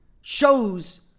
shows